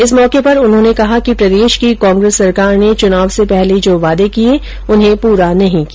इस मौके पर उन्होंने कहा कि प्रदेश की कांग्रेस सरकार ने चुनाव से पहले जो वादे किये उन्हें प्रा नहीं किया